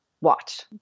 watch